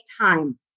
time